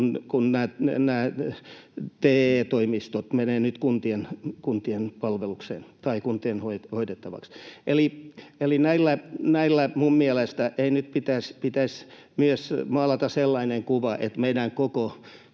kun TE-toimistot menevät nyt kuntien hoidettavaksi. Eli minun mielestäni ei nyt pitäisi maalata sellaista kuvaa, että meidän koko